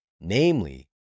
Namely